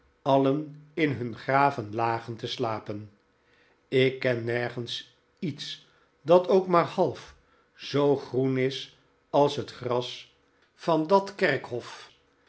alien in hun graven lagen te slapen ik ken nergens iets dat ook maar half zoo groen is als het gras van dat kerkhof